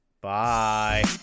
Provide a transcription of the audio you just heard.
Bye